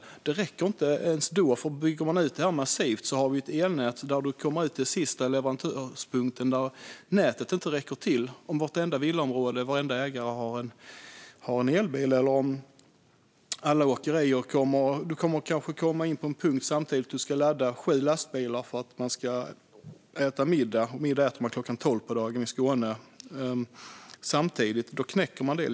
Och det räcker inte ens då, för bygger vi ut det här massivt kommer nätet inte att räcka till vid den sista leverantörspunkten. Det fungerar inte om varenda bilägare i vartenda villaområde har en elbil eller om alla åkerier har elfordon. Det kommer kanske att komma in sju lastbilar samtidigt till en punkt för att ladda medan man äter middag, vilket man gör klockan tolv på dagen i Skåne. Då knäcker man det.